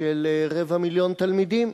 של רבע מיליון תלמידים.